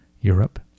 Europe